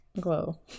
glow